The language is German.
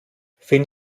finn